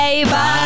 Bye